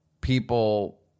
people